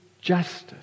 justice